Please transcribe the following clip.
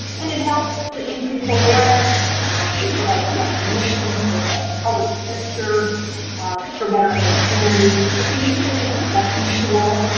and it helps to increase awareness it provides definitions with a colored picture for better understanding. it can be used as a discussion tool,